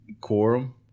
Quorum